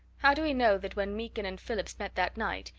how do we know that when meekin and phillips met that night,